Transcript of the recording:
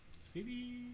City